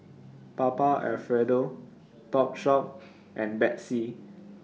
Papa Alfredo Topshop and Betsy